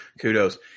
kudos